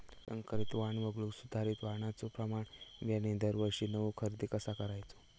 संकरित वाण वगळुक सुधारित वाणाचो प्रमाण बियाणे दरवर्षीक नवो खरेदी कसा करायचो?